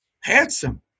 Handsome